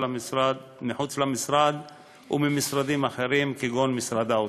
למשרד וממשרדים אחרים כגון משרד האוצר.